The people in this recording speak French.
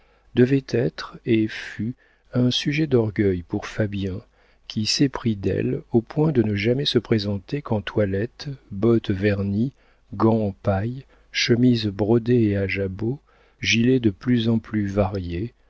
devait être et fut un sujet d'orgueil pour fabien qui s'éprit d'elle au point de ne jamais se présenter qu'en toilette bottes vernies gants paille chemise brodée et à jabot gilets de plus en plus variés